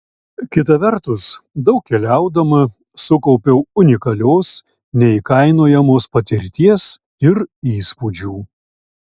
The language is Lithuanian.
kita vertus daug keliaudama sukaupiau unikalios neįkainojamos patirties ir įspūdžių